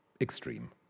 extreme